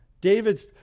David's